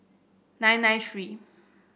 nine nine three